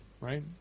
right